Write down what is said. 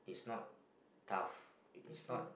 it's not tough it's not